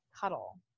Cuddle